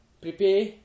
Prepare